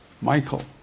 Michael